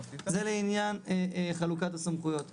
זה לעניין חלוקת הסמכויות.